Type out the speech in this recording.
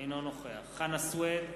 אינו נוכח חנא סוייד,